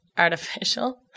artificial